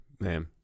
man